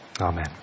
Amen